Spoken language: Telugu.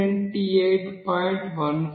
15 కెల్విన్